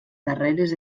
darreres